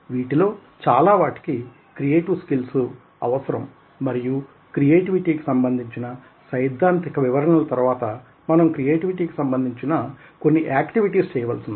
వీటిలో చాలా వాటికి క్రియేటివ్ స్కిల్స్ అవసరం మరియు క్రియేటివిటీ కి సంబంధించిన సైద్దాంతిక వివరణల తర్వాత మనం క్రియేయేటివిటీకి సంబంధించిన కొన్ని ఏక్టివిటీస్ చేయవలసివుంది